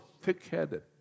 thick-headed